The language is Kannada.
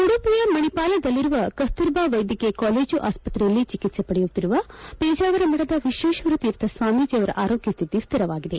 ಉಡುಪಿಯ ಮಣಿಪಾಲದಲ್ಲಿರುವ ಕಸ್ತೂರ ಬಾ ವೈದ್ಯಕೀಯ ಕಾಲೇಜು ಆಸ್ಪತ್ರೆಯಲ್ಲಿ ಚಿಕಿತ್ಸೆ ಪಡೆಯುತ್ತಿರುವ ಪೇಜಾವರ ಮಠದ ವಿಶ್ವೇಶ ತೀರ್ಥ ಸ್ವಾಮೀಜೆಯವರ ಆರೋಗ್ಯ ಸ್ಟಿತಿ ಸ್ಟಿರವಾಗಿದೆ